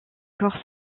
corps